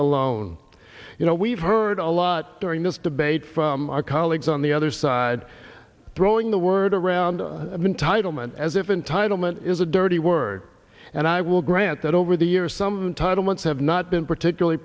alone you know we've heard a lot during this debate from our colleagues on the other side throwing the word around of entitlement as if entitlement is a dirty word and i will grant that over the years some title months have not been particularly